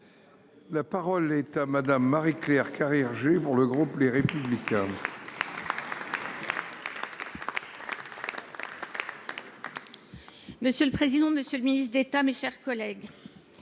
La parole est à Mme Marie Claire Carrère Gée, pour le groupe Les Républicains. Monsieur le président, monsieur le ministre d’État, mes chers collègues,